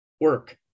work